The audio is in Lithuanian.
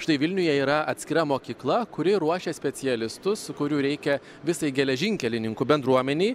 štai vilniuje yra atskira mokykla kuri ruošia specialistus kurių reikia visai geležinkelininkų bendruomenei